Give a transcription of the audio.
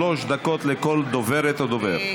שלוש דקות לכל דוברת או דובר.